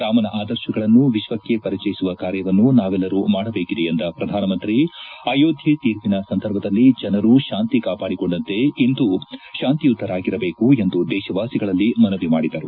ರಾಮನ ಆದರ್ಶಗಳನ್ನು ವಿಶ್ವಕ್ಷೇ ಪರಿಚಯಿಸುವ ಕಾರ್ಯವನ್ನು ನಾವೆಲ್ಲರೂ ಮಾಡಬೇಕಿದೆ ಎಂದ ಶ್ರಧಾನಮಂತ್ರಿ ಅಯೋಧ್ಯೆ ತೀರ್ಪಿನ ಸಂದರ್ಭದಲ್ಲಿ ಜನರು ಶಾಂತಿ ಕಾಪಾಡಿಕೊಂಡಂತೆ ಇಂದೂ ಶಾಂತಿಯುತರಾಗಿರಬೇಕು ಎಂದು ದೇಶವಾಸಿಗಳಲ್ಲಿ ಮನವಿ ಮಾಡಿದರು